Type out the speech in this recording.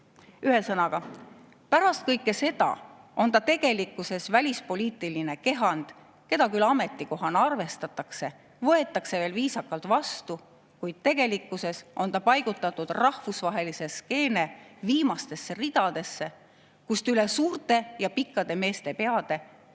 Ühesõnaga, pärast kõike seda on ta tegelikkuses välispoliitiline kehand, keda küll ametikohana arvestatakse, võetakse veel viisakalt vastu, kuid tegelikkuses on ta paigutatud rahvusvahelise skeene viimastesse ridadesse, kust üle suurte ja pikkade meeste peade